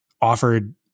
offered